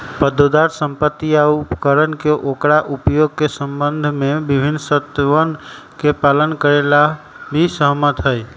पट्टेदार संपत्ति या उपकरण के ओकर उपयोग के संबंध में विभिन्न शर्तोवन के पालन करे ला भी सहमत हई